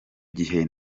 gihe